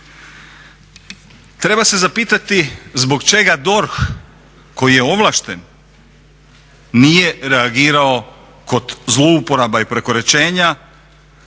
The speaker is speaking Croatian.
Treba se zapitati zbog čega DORH koji je ovlašten nije reagirao kod zlouporaba i prekoračenja